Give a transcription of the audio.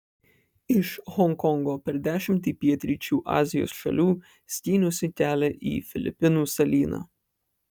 iš honkongo per dešimtį pietryčių azijos šalių skyniausi kelią į filipinų salyną